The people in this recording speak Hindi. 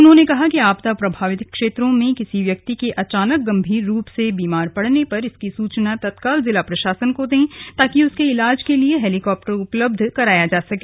उन्होंने कहा कि आपदा प्रभावित क्षेत्रों में किसी व्यक्ति के अचानक गंभीर रूप से बीमार पड़ने पर इसकी सुचना तत्काल जिला प्रशासन को दें ताकि उसके इलाज के लिए हैलीकॉप्टर उपलब्ध कराया जा सके